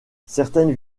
certaines